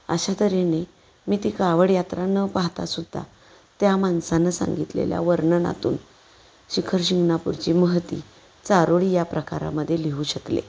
अशा तऱ्हेने मी ती कावड यात्रा न पाहतासुद्धा त्या माणसांनं सांगितलेल्या वर्णनातून शिखर शिंगणापूरची महती चारोळी या प्रकारामध्ये लिहू शकले